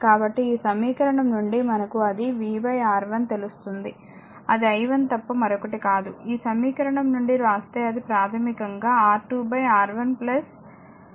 కాబట్టి ఈ సమీకరణం నుండి మనకు అది v R1 తెలుస్తుంది అది i1 తప్ప మరొకటి కాదు ఈ సమీకరణం నుండి వ్రాస్తే అది ప్రాథమికంగా R2 R1 R2 i